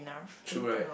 true right